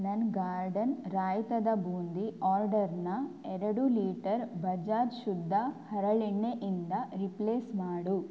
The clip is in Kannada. ನನ್ನ ಗಾರ್ಡನ್ ರಾಯಿತದ ಬೂಂದಿ ಆರ್ಡರ್ನ ಎರಡು ಲೀಟರ್ ಬಜಾಜ್ ಶುದ್ಧ ಹರಳೆಣ್ಣೆ ಇಂದ ರಿಪ್ಲೇಸ್ ಮಾಡು